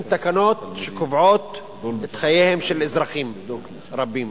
תקנות שקובעות את חייהם של אזרחים רבים,